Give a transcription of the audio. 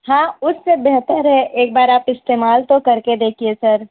ہاں اس سے بہتر ہے ایک بار آپ استعمال تو کر کے دیکھیے سر